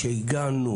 שהגענו